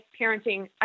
parenting